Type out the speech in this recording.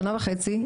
שנה וחצי,